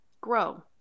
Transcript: grow